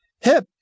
Hip